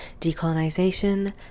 decolonization